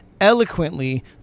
eloquently